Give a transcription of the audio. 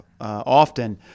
often